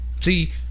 See